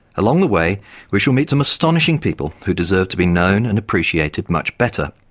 along the way we shall meet some astonishing people who deserve to be known and appreciated much better.